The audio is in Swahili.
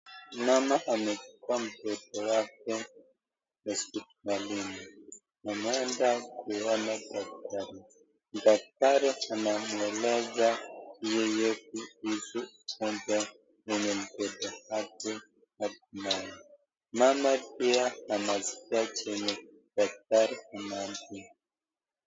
Mama amechukua mtoto yake hospitalini, anaenda kuona daktari. Daktari anamueleza yeye kuhusu shida yenye mtoto yake akonayo. Mama pia anasikia chenye daktari anaambia.